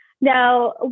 Now